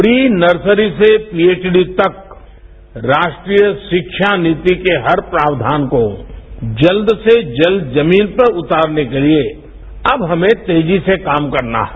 pre nursery से PhD तक राष्ट्रीय शिक्षा नीति के हर प्राक्षान को जल्द से जल्द जमीन पर उतारने के लिए अब हमें तेजी से काम करना है